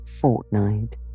fortnight